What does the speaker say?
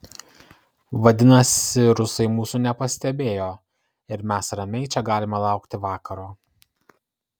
vadinasi rusai mūsų nepastebėjo ir mes ramiai čia galime laukti vakaro